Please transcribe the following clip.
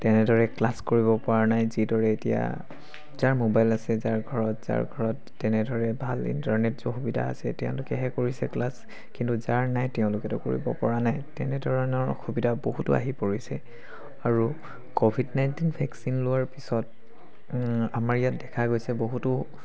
তেনেদৰে ক্লাছ কৰিব পৰা নাই যিদৰে এতিয়া যাৰ মোবাইল আছে যাৰ ঘৰত যাৰ ঘৰত তেনেদৰে ভাল ইণ্টাৰনেটৰ সুবিধা আছে তেওঁলোকেহে কৰিছে ক্লাছ কিন্তু যাৰ নাই তেওঁলোকেতো কৰিব পৰা নাই তেনেধৰণৰ অসুবিধা বহুতো আহি পৰিছে আৰু ক'ভিড নাইণ্টিন ভেকচিন লোৱাৰ পিছত আমাৰ ইয়াত দেখা গৈছে বহুতো